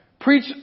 preach